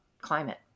climate